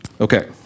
Okay